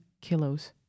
kilos